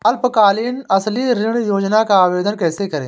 अल्पकालीन फसली ऋण योजना का आवेदन कैसे करें?